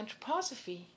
anthroposophy